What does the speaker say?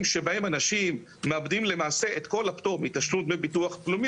שבהם אנשים מאבדים למעשה את כל הפטור מתשלום דמי ביטוח לאומי